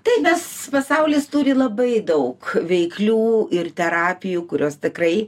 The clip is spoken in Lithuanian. tai mes pasaulis turi labai daug veiklių ir terapijų kurios tikrai